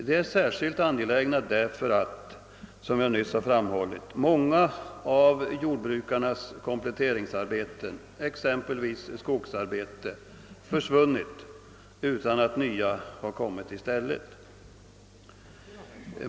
De är särskilt angelägna därför att, som jag nyss framhållit, många av jordbrukarnas kompletteringsarbeten — exempelvis skogsarbete — försvunnit utan att nya kommit i stället.